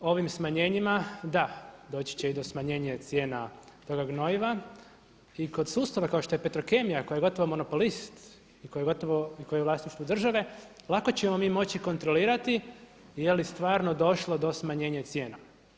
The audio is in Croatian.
Ovim smanjenjima da, doći će i do smanjenja cijena toga gnojiva i kod sustava kao što je Petrokemija koja je gotovo monopolist i koji je u vlasništvu države lako ćemo mi moći kontrolirati jeli stvarno došlo do smanjenja cijena.